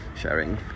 sharing